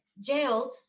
jailed